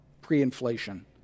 pre-inflation